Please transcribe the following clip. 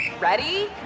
Ready